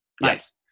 Nice